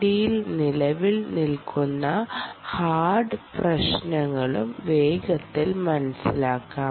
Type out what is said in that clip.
ഡിയിൽ നിലവിൽ നിലനിൽക്കുന്ന ഹാർഡ് പ്രശ്നങ്ങളും വേഗത്തിൽ മനസിലാക്കാം